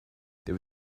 there